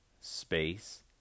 space